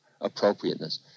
appropriateness